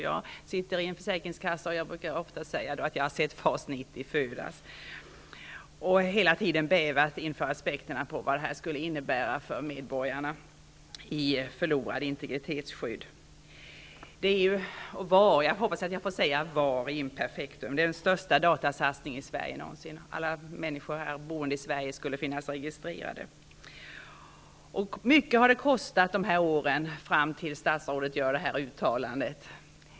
Jag sitter själv i en försäkringskassa, och jag brukar ofta säga att jag har sett FAS 90 födas. Men jag har hela tiden bävat inför vad det skulle innebära för medborgarna när det gäller förlorat integritetsskydd. Det är ju och var -- jag hoppas att jag får använda imperfektformen -- den största datasatsningen i Sverige. Alla boende i Sverige skulle finnas registrerade. Detta har också kostat mycket under dessa år och fram till att statsrådet gör detta uttalande.